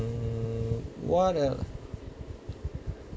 mm what are